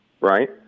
right